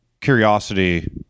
curiosity